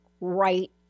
right